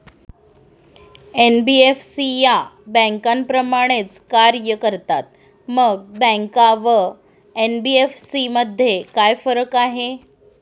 NBFC या बँकांप्रमाणेच कार्य करतात, मग बँका व एन.बी.एफ.सी मध्ये काय फरक आहे?